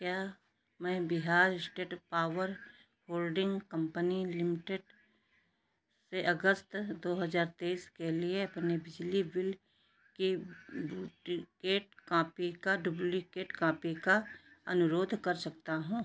क्या मैं Bihar state power holding company limited से अगस्त दो हज़ार तेईस के लिए अपने बिजली बिल की duplicate copy duplicate copy का अनुरोध कर सकता हूँ